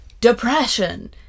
Depression